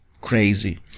crazy